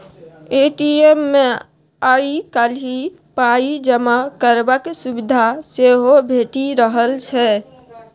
ATM मे आइ काल्हि पाइ जमा करबाक सुविधा सेहो भेटि रहल छै